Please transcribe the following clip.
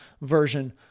version